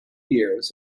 years